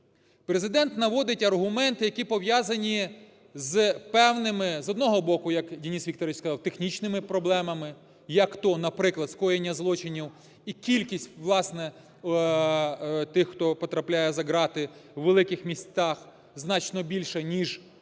Президент наводить аргументи, які пов'язані з певними з одного боку, як Денис Вікторович сказав, технічними проблемами, як то, наприклад, скоєння злочинів і кількість, власне, тих, хто потрапляє за ґрати, у великих містах значно більша, ніж в